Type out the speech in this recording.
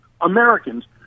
Americans